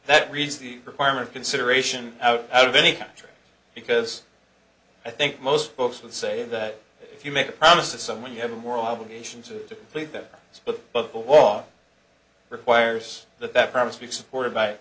that reads the requirement consideration out out of any country because i think most folks would say that if you make a promise to someone you have a moral obligation to please them but above all requires that that promise be supported by